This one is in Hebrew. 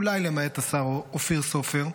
אולי למעט השר אופיר סופר,